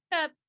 up